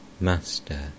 Master